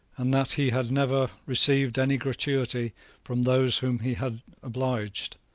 and that he had never received any gratuity from those whom he had obliged,